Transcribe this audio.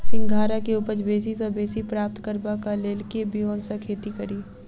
सिंघाड़ा केँ उपज बेसी सऽ बेसी प्राप्त करबाक लेल केँ ब्योंत सऽ खेती कड़ी?